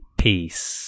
peace